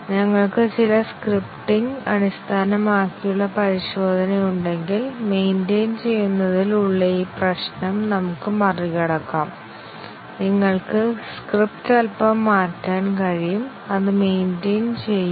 ഞങ്ങൾക്ക് ചില സ്ക്രിപ്റ്റിംഗ് അടിസ്ഥാനമാക്കിയുള്ള പരിശോധന ഉണ്ടെങ്കിൽ മെയ്ൻറേയ്ൻ ചെയ്യുന്നതിൽ ഉള്ള ഈ പ്രശ്നം നമുക്ക് മറികടക്കാം നിങ്ങൾക്ക് സ്ക്രിപ്റ്റ് അല്പം മാറ്റാൻ കഴിയും അത് മെയ്ൻറേയ്ൻ ചെയ്യും